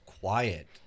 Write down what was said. Quiet